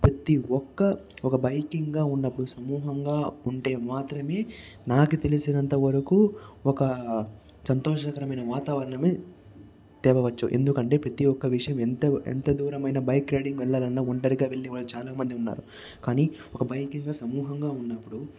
ప్రతి ఒక్క ఒక బైకింగ్ గా ఉన్నప్పుడు సమూహంగా ఉంటే మాత్రమే నాకు తెలిసినంతవరకు ఒక సంతోషకరమైన వాతావరణము తేవచ్చు ఎందుకంటే ప్రతి ఒక్క విషయం ఎంత ఎంత దూరమైన బైక్ రైడింగ్ వెళ్ళాలి అన్న ఒంటరిగా వెళ్లేవాళ్లు చాలామంది ఉన్నారు కానీ ఒక బైకింగ్ గా సమూహంగా ఉన్నప్పుడు